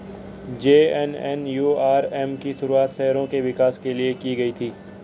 JNNURM की शुरुआत शहरों के विकास के लिए की गई थी